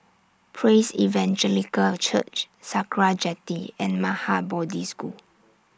Praise Evangelical Church Sakra Jetty and Maha Bodhi School